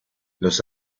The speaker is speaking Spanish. los